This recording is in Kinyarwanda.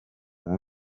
nko